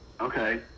Okay